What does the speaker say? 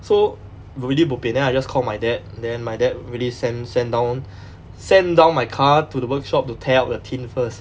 so really bo pian then I just call my dad then my dad really sent sent down sent down my car to the workshop to tear out the tint first